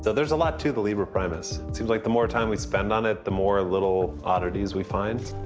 so there's a lot to the liber primus. seems like the more time we spent on it, the more little oddities we find.